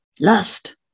lust